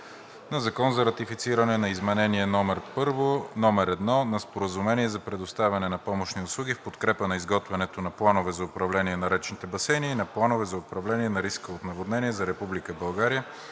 „ЗАКОН за ратифициране на Изменение № 1 на Споразумението за предоставяне на помощни услуги в подкрепа на изготвянето на Планове за управление на речните басейни и на Планове за управление на риска от наводнения за